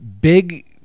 big